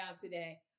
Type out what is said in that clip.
today